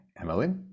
Emily